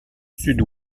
sud